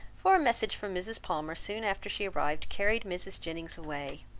for a message from mrs. palmer soon after she arrived, carried mrs. jennings away.